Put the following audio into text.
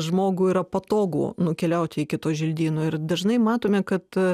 žmogui yra patogu nukeliauti iki to želdyno ir dažnai matome kad